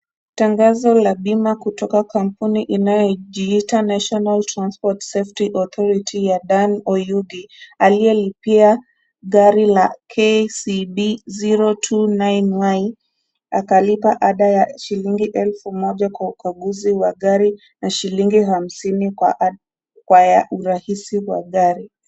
Tangazo la bima kutoka kwa kampuni inajiita National Transport Safety Authority ya Dan Oyugi. Aliyelipia gari la KCD-029Y. Akalipa ada ya shilingi elfu moja kwa ukaguzi wa gari na shilingi hamsini kwa kwa ya urahisi wa gari.